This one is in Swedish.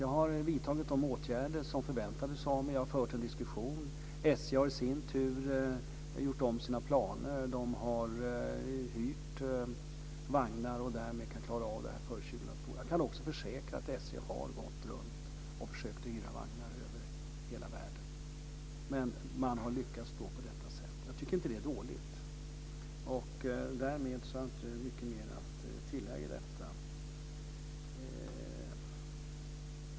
Jag har vidtagit de åtgärder som förväntades av mig. Jag har fört en diskussion med SJ, som i sin tur har gjort om sina planer och hyrt vagnar. Därmed kan man komma till rätta med vagnbristen före 2002. Jag kan också försäkra att SJ har gått ut och försökt hyra vagnar över hela världen, men man har då lyckats på detta sätt. Jag tycker inte att det är dåligt.